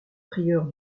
prieur